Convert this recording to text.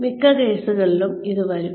മിക്ക കേസുകളിലും ഇത് വരും